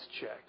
check